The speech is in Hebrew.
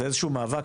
זה מאבק.